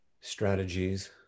strategies